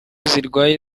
zirwaye